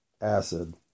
...acid